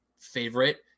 favorite